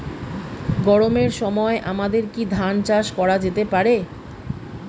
গরমের সময় আমাদের কি ধান চাষ করা যেতে পারি?